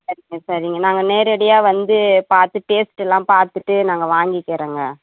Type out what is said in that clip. சரிங்க சரிங்க நாங்கள் நேரடியாக வந்து பார்த்து டேஸ்ட் எல்லாம் பார்த்துட்டு நாங்கள் வாங்கிக்கிறேங்க